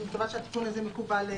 אני מקווה שהתיקון הזה מקובל על